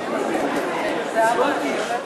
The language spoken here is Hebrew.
התשע"ד 2013,